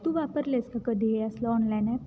तू वापरलेस का कधी हे असलं ऑनलाईन ॲप